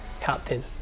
captain